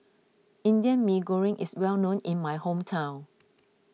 Indian Mee Goreng is well known in my hometown